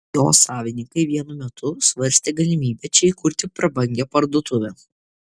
jo savininkai vienu metu svarstė galimybę čia įkurti prabangią parduotuvę